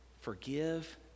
forgive